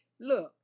Look